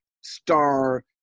Star